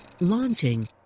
Launching